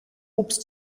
obst